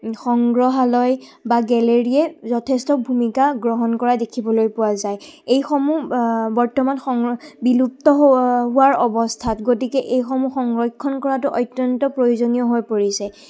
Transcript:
সংগ্ৰহালয় বা গেলেৰিয়ে যথেষ্ট ভূমিকা গ্ৰহণ কৰা দেখিবলৈ পোৱা যায় এইসমূহ বৰ্তমান সং বিলুপ্ত হোৱাৰ অৱস্থাত গতিকে এইসমূহ সংৰক্ষণ কৰাটো অত্যন্ত প্ৰয়োজনীয় হৈ পৰিছে